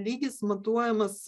lygis matuojamas